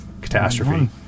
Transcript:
catastrophe